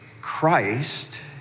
Christ